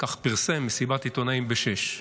כך פרסם, מסיבת עיתונאים ב-18:00.